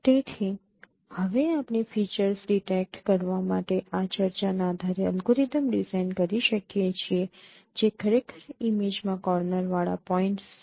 તેથી હવે આપણે ફીચર્સ ડિટેક્ટ કરવા માટે આ ચર્ચાના આધારે અલ્ગોરિધમ ડિઝાઇન કરી શકીએ છીએ જે ખરેખર ઇમેજમાં કોર્નરવાળા પોઇન્ટ્સ છે